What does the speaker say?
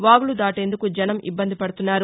వాగులు దాటేందుకు జనం ఇబ్బంది పడుతున్నారు